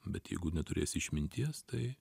bet jeigu neturėsi išminties tai